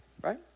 Right